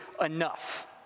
enough